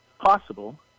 possible